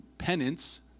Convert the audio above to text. penance